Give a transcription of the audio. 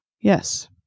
Yes